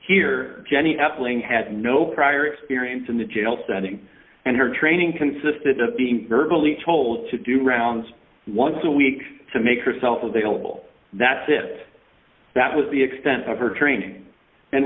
here jenny aplin had no prior experience in the jail setting and her training consisted of being virtually told to do rounds once a week to make herself available that's if that was the extent of her training and